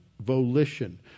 volition